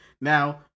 Now